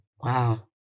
Wow